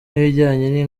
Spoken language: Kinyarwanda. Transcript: n’ibijyanye